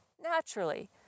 naturally